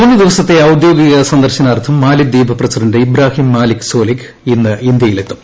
മൂന്ന് ദിവസത്തെ ഔദ്യോഗിക് സന്ദർശനാർത്ഥം മാലിദ്വീപ് പ്രസിഡന്റ് ഇബ്രാഹിം മാലിക് സോലിക് ഇന്ന് ഇന്ത്യയിൽ എത്തും